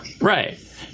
Right